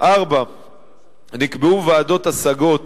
4. נקבעה ועדת השגות